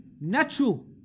natural